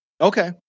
Okay